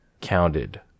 counted